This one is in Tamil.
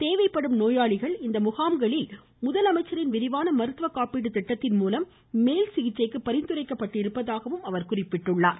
தேவைப்படும் நோயாளிகள் இந்த முகாம்களில் முதலமைச்சரின் விரிவான மருத்துவ காப்பீடு திட்டத்தின்மூலம் மேல்சிகிச்சைக்கு பரிந்துரைக்கப்பட்டதாகவும் அவர் குறிப்பிட்டுள்ளார்